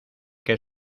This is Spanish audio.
que